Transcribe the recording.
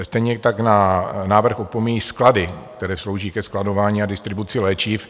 Stejně tak návrh opomíjí sklady, které slouží ke skladování a distribuci léčiv.